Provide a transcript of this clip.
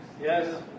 Yes